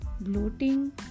bloating